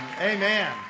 Amen